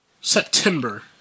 September